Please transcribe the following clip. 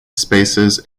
spaces